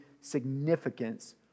significance